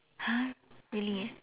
!huh! really